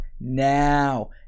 now